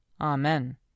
Amen